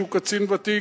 שהוא קצין ותיק,